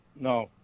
no